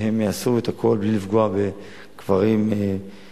שהם יעשו את הכול בלי לפגוע בקברים היסטוריים.